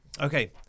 Okay